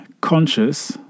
conscious